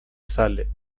sale